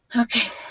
Okay